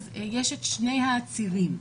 אז יש את שני הצדדים.